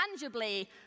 tangibly